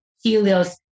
Helios